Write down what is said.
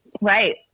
right